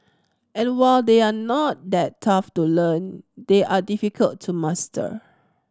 and while they are not that tough to learn they are difficult to master